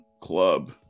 club